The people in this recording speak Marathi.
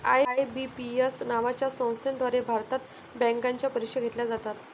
आय.बी.पी.एस नावाच्या संस्थेद्वारे भारतात बँकांच्या परीक्षा घेतल्या जातात